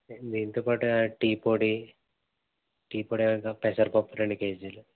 దీంతో పాటు టీ పొడి టీ పొడి ఏమన్నా కావ పెసరపప్పు రెండు కేజీలు